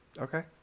Okay